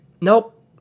nope